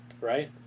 right